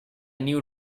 new